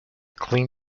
clean